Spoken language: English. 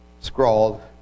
scrawled